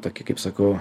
tokį kaip sakau